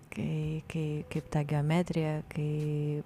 kai kaip tą geometriją kai